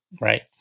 Right